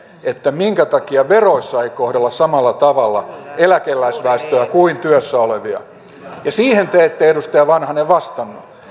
minkä takia veroissa ei kohdella samalla tavalla eläkeläisväestöä kuin työssä olevia siihen te ette edustaja vanhanen vastannut